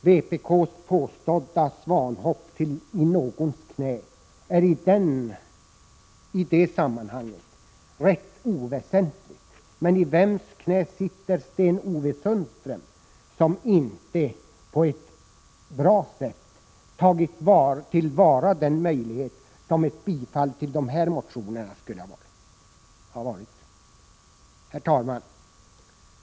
Vpk:s påstådda svanhopp till någons knä är rätt oväsentligt i sammanhanget. Men i vems knä sitter Sten-Ove Sundström, som inte tagit till vara den möjlighet som ett bifall till vpk:s motioner skulle ha medfört? Herr talman!